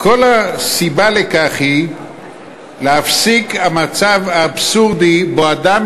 כל הסיבה לכך היא להפסיק את המצב האבסורדי שבו אדם